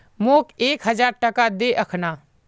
मोक एक हजार टका दे अखना